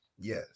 Yes